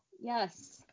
Yes